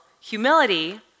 humility